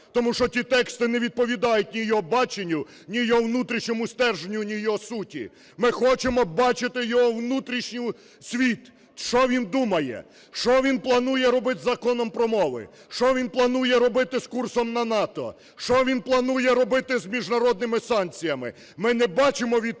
тому що ті тексти не відповідають ні його баченню, ні його внутрішньому стержню, ні його суті. Ми хочемо бачити його внутрішній світ: що він думає, що він планує робити із Законом про мови, що він планує робити з курсом на НАТО, що він планує робити з міжнародними санкціями. Ми не бачимо відповідей